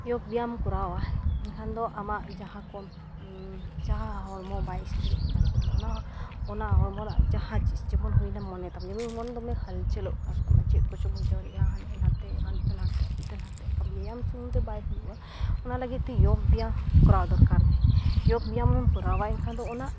ᱡᱳᱜᱽ ᱵᱮᱭᱟᱢ ᱠᱚᱨᱟᱣᱟ ᱮᱱᱠᱷᱟᱱ ᱫᱚ ᱟᱢᱟᱜ ᱡᱟᱦᱟᱸ ᱠᱚᱢ ᱡᱟᱦᱟᱸ ᱦᱚᱲᱢᱚ ᱵᱟᱭ ᱥᱛᱷᱤᱨᱚᱜ ᱠᱟᱱ ᱛᱟᱢᱟ ᱚᱱᱟ ᱦᱚᱲᱢᱚ ᱨᱮᱱᱟᱜ ᱡᱟᱦᱟᱸ ᱠᱤᱪᱷᱩ ᱡᱮᱢᱚᱱ ᱦᱩᱭᱮᱱᱟ ᱢᱚᱱᱮ ᱛᱟᱢ ᱡᱩᱫᱤ ᱢᱚᱱᱮ ᱫᱚᱢᱮ ᱦᱟᱹᱞᱪᱟᱹᱞᱚᱜ ᱠᱟᱱ ᱛᱟᱢᱟ ᱪᱮᱫ ᱠᱚᱪᱚᱢ ᱵᱩᱡᱷᱟᱹᱣ ᱞᱮᱫᱟ ᱦᱟᱱᱛᱮ ᱱᱟᱛᱮ ᱦᱟᱱᱛᱮ ᱱᱟᱛᱮ ᱵᱮᱭᱟᱢ ᱥᱩᱢᱩᱝᱛᱮ ᱵᱟᱭ ᱦᱩᱭᱩᱜᱼᱟ ᱚᱱᱟ ᱞᱟᱹᱜᱤᱫᱼᱛᱮ ᱡᱳᱜᱽ ᱵᱮᱭᱟᱢ ᱠᱚᱨᱟᱣ ᱫᱚᱨᱠᱟᱨ ᱜᱮ ᱡᱳᱜᱽ ᱵᱮᱭᱟᱢᱮᱢ ᱠᱚᱨᱟᱣᱟ ᱮᱱᱠᱷᱟᱱ ᱫᱚ ᱚᱱᱟ